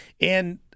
And-